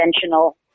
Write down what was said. conventional